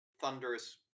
thunderous